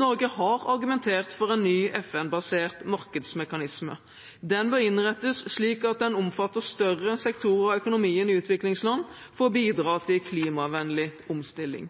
Norge har argumentert for en ny FN-basert markedsmekanisme. Den bør innrettes slik at den omfatter større sektorer av økonomien i utviklingsland for å bidra til klimavennlig omstilling.